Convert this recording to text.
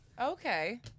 Okay